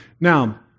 Now